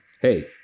Hey